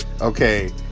Okay